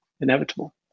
inevitable